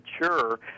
mature